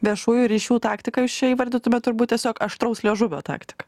viešųjų ryšių taktika jūs čia įvardytumėt turbūt tiesiog aštraus liežuvio taktiką